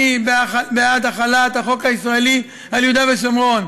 אני בעד החלת החוק הישראלי על יהודה ושומרון.